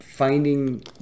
Finding